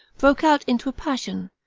broke out into a passion,